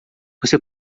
você